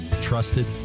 trusted